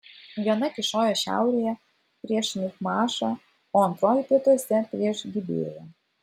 viena kyšojo šiaurėje prieš michmašą o antroji pietuose prieš gibėją